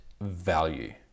value